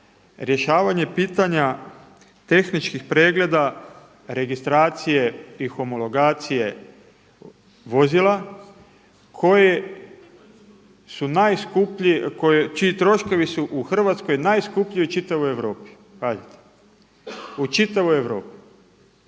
rješavanje pitanja tehničkih pregleda, registracije i homologacije vozila koji su najskuplji, čiji troškovi su u Hrvatskoj najskuplji u čitavoj Europi, pazite u čitavoj Europi.